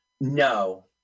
no